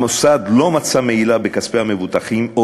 המוסד לא מצא מעילה בכספי המבוטחים או